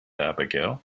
abigail